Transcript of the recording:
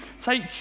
Take